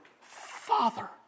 Father